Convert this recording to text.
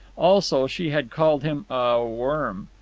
also, she had called him a worm.